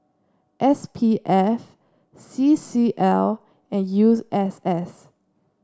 S P F C C L and use S S